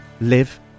live